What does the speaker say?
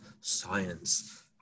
science